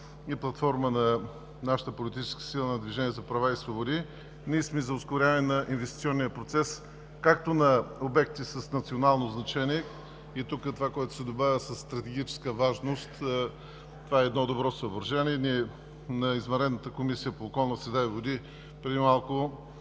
и платформа на нашата политическа сила – ДПС, сме за ускоряване на инвестиционния процес както на обекти с национално значение, и тук това, което се добавя, със стратегическа важност, е едно добро съображение. Ние на извънредната Комисия по околна среда и води, преди малко